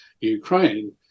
ukraine